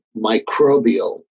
microbial